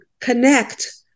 connect